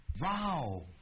Wow